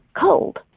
cold